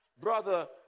brother